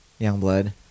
Youngblood